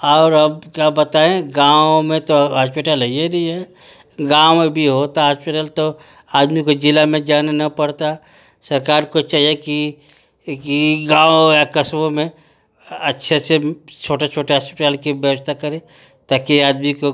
और हम क्या बताएँ गाँव में तो हास्पिटल हइए नहीं है गाँव में भी होता हास्पिटल तो आदमी को ज़िला में जाना न पड़ता सरकार को चाहिए कि कि गाँव या कस्बों में अच्छे अच्छे छोटे छोटे हास्पिटल की व्यवस्था करें ताकि आदमी को